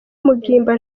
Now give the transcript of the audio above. mugimba